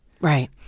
Right